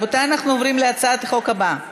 רבותי, אנחנו עוברים להצעת חוק הבאה,